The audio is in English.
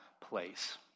place